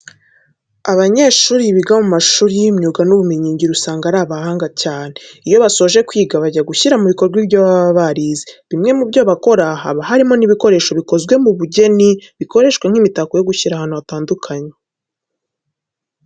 Abanyeshuri biga mu mashuri y'imyuga n'ubumenyingiro usanga ari abahanga cyane. Iyo basoje kwiga bajya gushyira mu bikorwa ibyo baba barize. Bimwe mu byo bakora haba harimo n'ibikoresho bikozwe mu bugeni bikoreshwa nk'imitako yo gushyira ahantu hatandukanye.